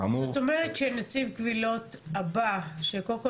צריך גם